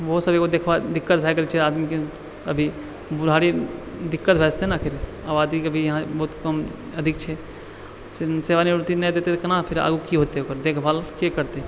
ओहो सब एगो दिकक्त भऽ गेल छै आदमीके अभी बुढ़ारी दिक्कत भऽ जेतै ने फिर आबादीके भी यहाँ बहुत कम अधिक छै सेवानिवृति नहि देतै तऽ केना फिर आगू की होतै ओकर देखभालके करतै